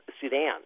Sudan